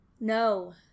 No